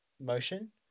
motion